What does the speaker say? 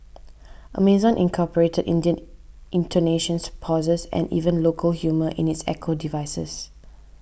Amazon incorporated Indian intonations pauses and even local humour in its Echo devices